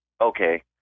Okay